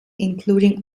including